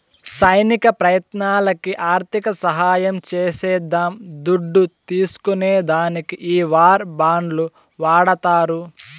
సైనిక ప్రయత్నాలకి ఆర్థిక సహాయం చేసేద్దాం దుడ్డు తీస్కునే దానికి ఈ వార్ బాండ్లు వాడతారు